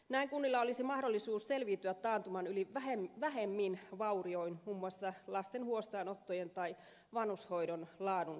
näin kunnilla olisi mahdollisuus selviytyä taantuman yli vähemmin vaurioin muun muassa lasten huostaanotoissa tai vanhushoidon laadussa